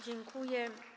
Dziękuję.